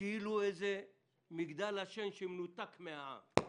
כאילו זה מגדל שן שמנותק מן העם,